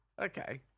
Okay